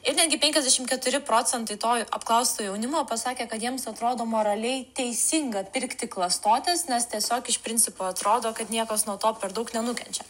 ir netgi penkiasdešimt keturi procentai to apklausto jaunimo pasakė kad jiems atrodo moraliai teisinga pirkti klastotes nes tiesiog iš principo atrodo kad niekas nuo to per daug nenukenčia